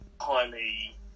highly